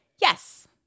yes